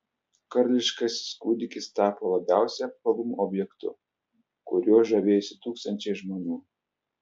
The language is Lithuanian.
karališkasis kūdikis tapo labiausiai apkalbamu objektu kuriuo žavėjosi tūkstančiai žmonių